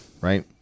Right